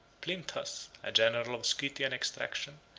plinthas, a general of scythian extraction,